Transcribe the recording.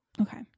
Okay